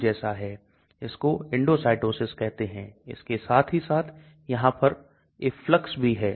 यहां एक दूसरा शब्द है जिसको LogD कहते हैं यह आयनिक के लिए है